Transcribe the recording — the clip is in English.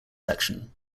section